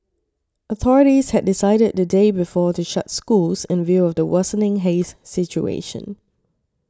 authorities had decided the day before to shut schools in view of the worsening haze situation